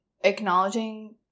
acknowledging